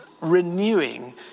renewing